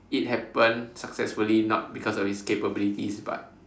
it happen successfully not because of his capabilities but